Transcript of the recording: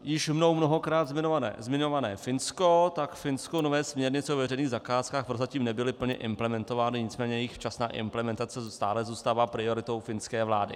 Již mnou mnohokrát zmiňované Finsko nové směrnice o veřejných zakázkách prozatím nebyly plně implementovány, nicméně jejich včasná implementace stále zůstává prioritou finské vlády.